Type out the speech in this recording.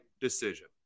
decision